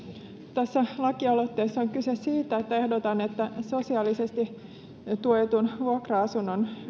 tässä lakialoitteessa on kyse siitä että ehdotan että sosiaalisesti tuetun vuokra asunnon